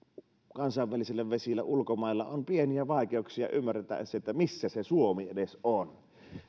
kansainvälisillä vesillä ulkomailla on pieniä vaikeuksia ymmärtää edes missä se suomi on